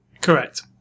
correct